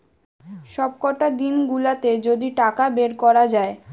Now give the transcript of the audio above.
সবকটা দিন গুলাতে যদি টাকা বের কোরা যায়